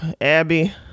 Abby